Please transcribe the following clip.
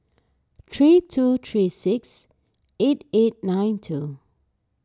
three two three six eight eight nine two